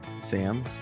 sam